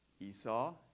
Esau